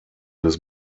des